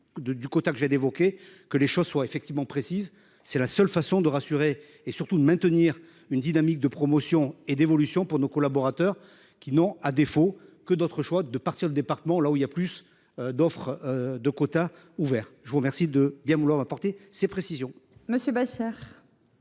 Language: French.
du quota que j'ai d'évoquer que les choses soient effectivement précise, c'est la seule façon de rassurer et surtout de maintenir une dynamique de promotion et d'évolution pour nos collaborateurs qui non à défaut que d'autres choix de partir le département là où il y a plus d'offres de quotas ouvert je vous remercie de bien vouloir m'apporter ces précisions.